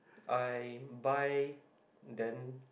I buy then